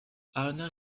arnold